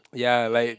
ya like